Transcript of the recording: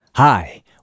Hi